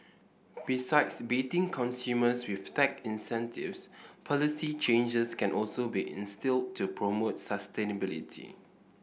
besides baiting consumers with tax incentives policy changes can also be instilled to promote sustainability